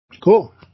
Cool